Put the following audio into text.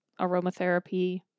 aromatherapy